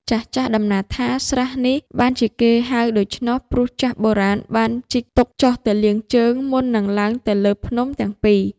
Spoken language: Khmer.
ចាស់ៗ តំណាលថា ស្រះនេះ បានជាគេហៅដូច្នោះ ព្រោះចាស់បុរាណ បានជីកទុកចុះទៅលាងជើង មុននឹងឡើងទៅលើភ្នំទាំង ២ ។